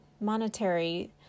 monetary